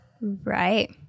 right